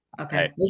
Okay